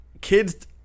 kids